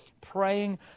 praying